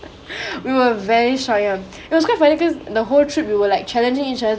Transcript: we were very shy ah it was quite funny because the whole trip you were like challenging each other